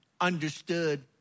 understood